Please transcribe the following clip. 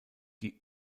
die